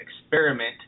experiment